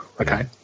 okay